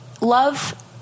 love